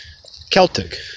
Celtic